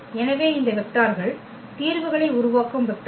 எனவே இந்த வெக்டார்கள் தீர்வுகளை உருவாக்கும் வெக்டார்கள்